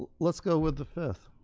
let's go with the fifth.